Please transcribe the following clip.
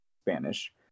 Spanish